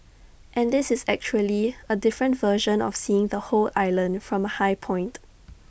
and this is actually A different version of seeing the whole island from A high point